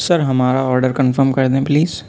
سر ہمارا order confirm کردیں please